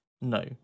no